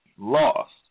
lost